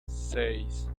seis